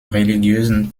religiösen